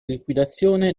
liquidazione